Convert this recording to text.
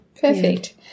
perfect